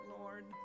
Lord